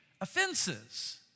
offenses